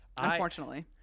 unfortunately